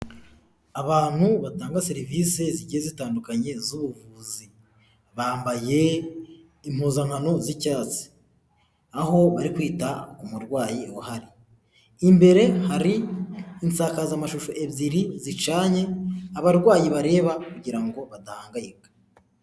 Abantu batanga serivisi zigiye zitandukanye z'ubuvuzi. Bambaye impuzankano z'icyatsi. Aho bari kwita ku murwayi uhari. Imbere hari insakazamashusho ebyiri zicanye, abarwayi bareba kugira ngo badahangayika.